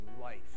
life